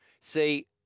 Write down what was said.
See